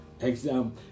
exam